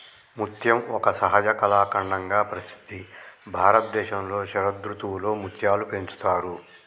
ముత్యం ఒక సహజ కళాఖండంగా ప్రసిద్ధి భారతదేశంలో శరదృతువులో ముత్యాలు పెంచుతారు